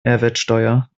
mehrwertsteuer